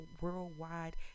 worldwide